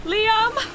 Liam